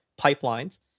pipelines